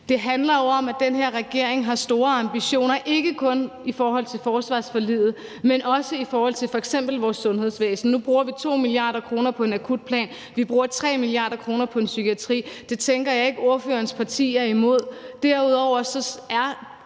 Det handler jo om, at den her regering har store ambitioner, ikke kun i forhold til forsvarsforliget, men også i forhold til f.eks. vores sundhedsvæsen. Nu bruger vi 2 mia. kr. på en akutplan, vi bruger 3 mia. kr. på psykiatrien, og det tænker jeg ikke ordførerens parti er imod. Derudover er